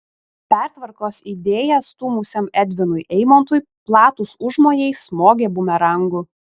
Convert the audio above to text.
pertvarkos idėją stūmusiam edvinui eimontui platūs užmojai smogė bumerangu